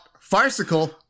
Farcical